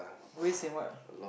ways in what